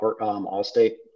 all-state